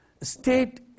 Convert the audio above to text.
State